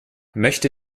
möchte